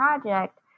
project